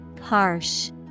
Harsh